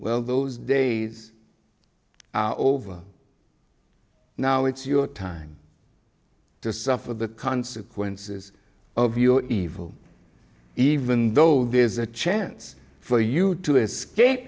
well those days are over now it's your time to suffer the consequences of your evil even though there is a chance for you to escape